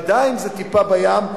עדיין זה טיפה בים,